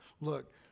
look